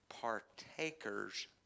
partakers